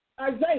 Isaiah